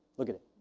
look at it.